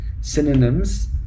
synonyms